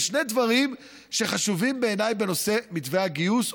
יש שני דברים שחשובים בעיניי בנושא מתווה הגיוס,